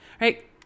right